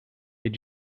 did